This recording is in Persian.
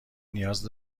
نیاز